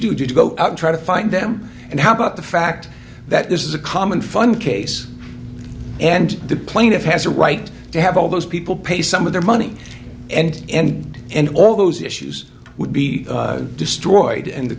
you go out try to find them and how about the fact that this is a common fun case and the plaintiff has a right to have all those people pay some of their money and any and all those issues would be destroyed and the